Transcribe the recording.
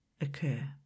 occur